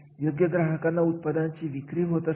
येथे कामगार संघटना खूप महत्त्वाची ठरत असते